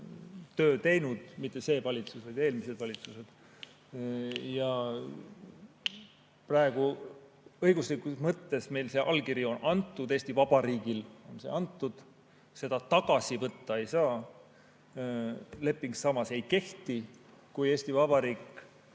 töö teinud – mitte see valitsus, vaid eelmised valitsused. Ja praegu õiguslikus mõttes meil see allkiri on antud, Eesti Vabariigil on antud. Seda tagasi võtta ei saa. Leping samas ei kehti. Kui Eesti Vabariik